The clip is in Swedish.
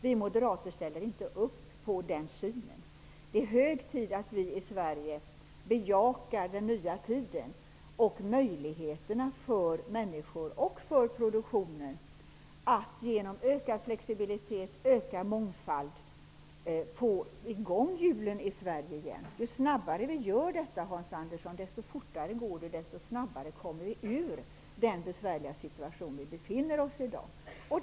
Vi moderater ställer inte upp på den synen. Det är hög tid att vi i Sverige bejakar den nya tiden och möjligheterna för människor och för produktionen att genom ökad flexibilitet och ökad mångfald få i gång hjulen i Sverige igen. Ju snabbare vi gör detta, Hans Andersson, desto snabbare kommer vi ur den besvärliga situation där vi befinner oss i dag.